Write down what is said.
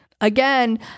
again